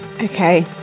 Okay